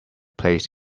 placed